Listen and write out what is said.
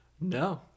No